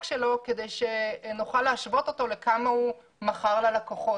שלו כדי שנוכל להשוות אותה לכמה הוא מכר ללקוחות,